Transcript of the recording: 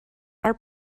are